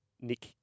Nick